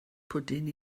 pwdin